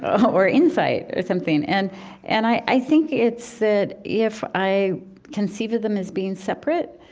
or insight, or something. and and i think it's that if i conceive of them as being separate,